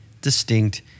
distinct